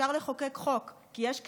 אפשר לחוקק חוק כי יש כנסת,